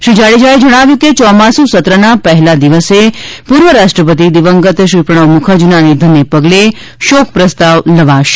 શ્રી જાડેજાએ જણાવ્યું હતું કે ચોમાસું સત્રના પહેલા દિવસે પૂર્વ રાષ્ટ્રપતિ દિવંગત શ્રી પ્રણવ મુખર્જીના નિધનને પગલે શોક પ્રસ્તાવ લવાશે